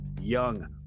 Young